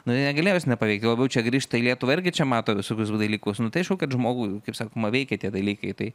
nu negalėjo jos nepaveikti tuo labiau čia grįžta į lietuvą irgi čia mato visokius dalykus nu tai aišku kad žmogui kaip sakoma veikia tie dalykai tai